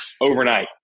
overnight